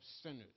sinners